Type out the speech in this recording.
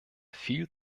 viel